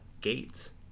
gates